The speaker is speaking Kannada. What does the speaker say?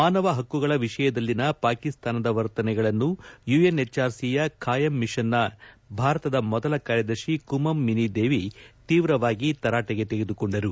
ಮಾನವ ಹಕ್ಕುಗಳ ವಿಷಯದಲ್ಲಿನ ಪಾಕಿಸ್ತಾನದ ವರ್ತನೆಗಳನ್ನು ಯುಎನ್ಎಚ್ಆರ್ಸಿಯ ಬಾಯಂ ಮಿಷನ್ನ ಭಾರತದ ಮೊದಲ ಕಾರ್ಯದರ್ಶಿ ಕುಮಂ ಮಿನಿದೇವಿ ತೀವ್ರವಾಗಿ ತರಾಟೆಗೆ ತೆಗೆದುಕೊಂಡರು